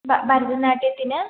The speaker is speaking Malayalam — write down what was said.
ഭരതനാട്യത്തിന്